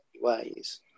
ways